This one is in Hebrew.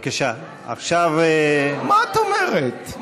אז ועדת שרים הוציאה הנחיות לא נכונות.